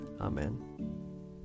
Amen